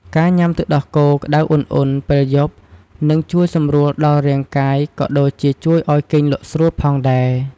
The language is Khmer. ការញុំាទឹកដោះគោក្តៅឧណ្ហៗពេលយប់ នឹងជួយសម្រួលដល់រាងកាយ ក៏ដូចជាជួយឲ្យគេងលក់ស្រួលផងដែរ។